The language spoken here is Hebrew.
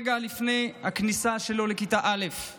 רגע לפני הכניסה שלו לכיתה א';